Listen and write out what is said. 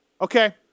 Okay